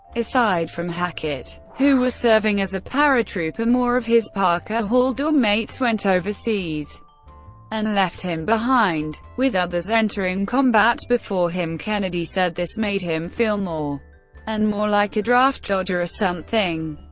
aside from hackett, who was serving as a paratrooper, more of his parker hall dorm mates went overseas and left him behind. with others entering combat before him, kennedy said this made him feel more and more like a draft dodger or something.